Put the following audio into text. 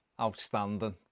Outstanding